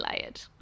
layered